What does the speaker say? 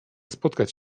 spotkać